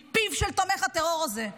מפיו של תומך הטרור הזה,